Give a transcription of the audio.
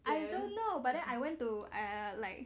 I don't know but then I went to I like